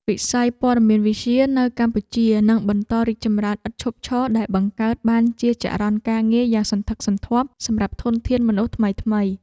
វិស័យព័ត៌មានវិទ្យានៅកម្ពុជានឹងបន្តរីកចម្រើនឥតឈប់ឈរដែលបង្កើតបានជាចរន្តការងារយ៉ាងសន្ធឹកសន្ធាប់សម្រាប់ធនធានមនុស្សថ្មីៗ។